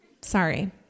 sorry